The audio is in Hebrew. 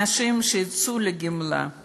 אנשים שיצאו לגמלאות